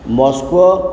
Moscow